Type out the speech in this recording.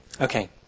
Okay